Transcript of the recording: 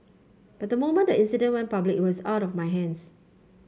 but the moment the incident public it was out of my hands